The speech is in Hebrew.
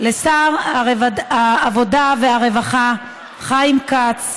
לשר העבודה והרווחה, חיים כץ,